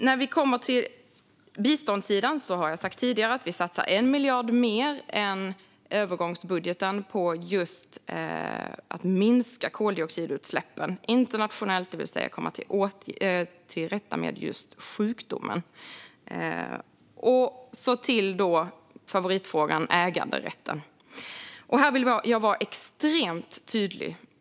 När det gäller biståndssidan har jag tidigare sagt att vi satsar 1 miljard mer än övergångsbudgeten på att minska koldioxidutsläppen internationellt, det vill säga komma till rätta med sjukdomen. Och så till favoritfrågan, äganderätten! Här vill jag vara extremt tydlig.